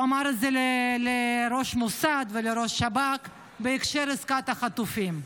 הוא אמר את זה לראש המוסד ולראש השב"כ בהקשר של עסקת החטופים.